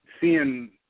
seeing